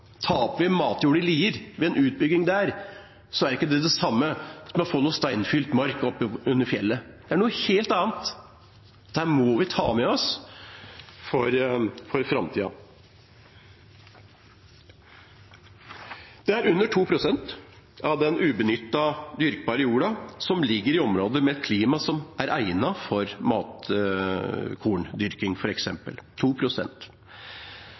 vi matjord i Lier ved en utbygging der, er det ikke det samme å få litt steinfylt mark oppunder fjellet. Det er noe helt annet. Dette må vi ta med oss for framtida. Under 2 pst. av den ubenyttede dyrkbare jorda ligger i områder med et klima som er egnet for